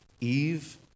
Eve